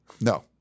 No